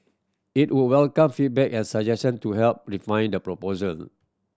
it would welcome feedback and suggestion to help refine the proposal